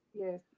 Yes